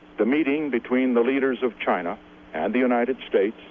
the meeting between the leaders of china and the united states,